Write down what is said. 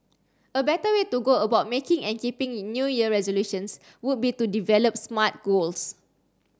a better way to go about making and keeping in new year resolutions would be to develop smart goals